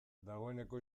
dagoeneko